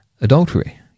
adultery